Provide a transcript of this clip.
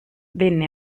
venne